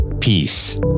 Peace